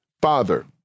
father